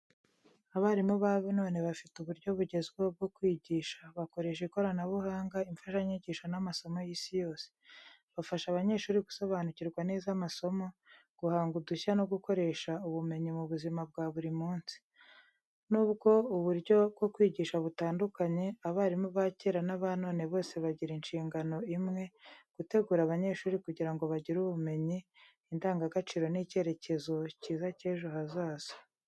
Abarimu ba none bafite uburyo bugezweho bwo kwigisha, bakoresha ikoranabuhanga, imfashanyigisho n’amasomo y’isi yose. Bafasha abanyeshuri gusobanukirwa neza amasomo, guhanga udushya no gukoresha ubumenyi mu buzima bwa buri munsi. Nubwo uburyo bwo kwigisha butandukanye, abarimu ba kera n’aba none bose bagira inshingano imwe, gutegura abanyeshuri kugira ngo bagire ubumenyi, indangagaciro n’icyerekezo cyiza cy’ejo hazaza.